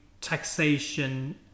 taxation